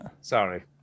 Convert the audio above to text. sorry